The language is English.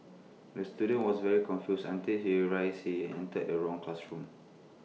the student was very confused until he realised he entered the wrong classroom